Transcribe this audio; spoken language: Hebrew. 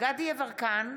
דסטה גדי יברקן,